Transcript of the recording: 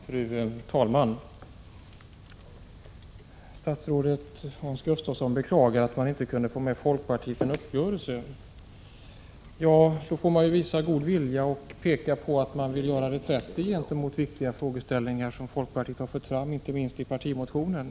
Fru talman! Statsrådet Hans Gustafsson beklagar att man inte kunde få med folkpartiet på en uppgörelse. Men då får man ju visa god vilja och peka på att man vill göra reträtt i viktiga frågeställningar som folkpartiet fört fram inte minst i partimotionen.